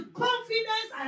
confidence